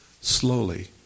slowly